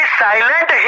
silent